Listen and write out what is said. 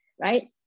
right